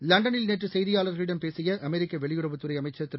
லண்டனில் நேற்றசெய்தியாளர்களிடம் பேசியஅமெரிக்கவெளியுறவுத் துறைஅமைச்சர் திரு